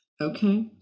okay